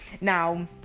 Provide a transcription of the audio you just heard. Now